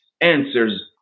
answers